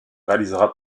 réalisera